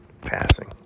Passing